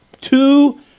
two